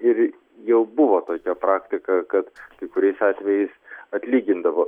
ir jau buvo tokia praktika kad kai kuriais atvejais atlygindavo